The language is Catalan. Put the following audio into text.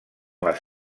les